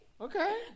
Okay